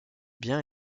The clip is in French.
bien